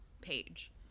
page